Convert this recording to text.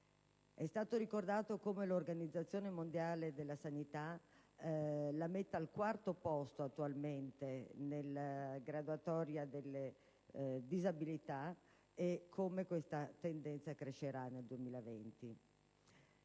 È stato ricordato come l'Organizzazione mondiale della sanità metta la depressione attualmente al quarto posto nella graduatoria delle disabilità e come questa tendenza crescerà nel 2020.